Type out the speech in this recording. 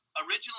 originally